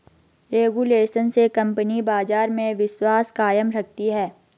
regulation से company बाजार में विश्वास कायम रखती है